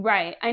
Right